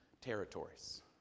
territories